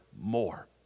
more